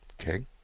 Okay